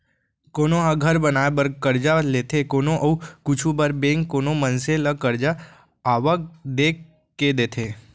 कोनो ह घर बनाए बर करजा लेथे कोनो अउ कुछु बर बेंक कोनो मनसे ल करजा आवक देख के देथे